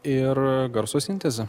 ir garso sintezę